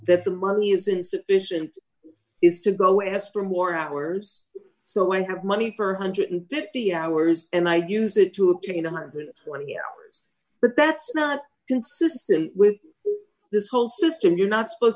that the money is insufficient is to go in a store more hours so i have money for one hundred and fifty hours and i use it to obtain one hundred and twenty hours but that's not consistent with this whole system you're not supposed